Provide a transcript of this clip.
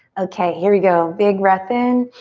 okay, here we go. big breath in.